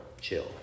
chill